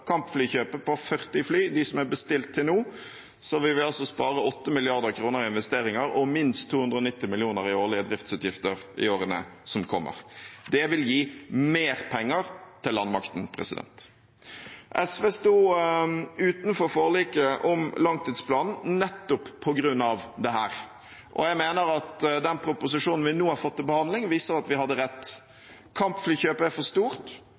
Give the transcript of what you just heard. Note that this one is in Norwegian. kampflykjøpet på 40 fly – de som er bestilt til nå – vil vi spare 8 mrd. kr i investeringer og minst 290 mill. kr i årlige driftsutgifter i årene som kommer. Det vil gi mer penger til landmakten. SV sto utenfor forliket om langtidsplanen nettopp på grunn av dette, og jeg mener at den proposisjonen vi nå har fått til behandling, viser at vi hadde rett. Kampflykjøpet er for stort,